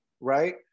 right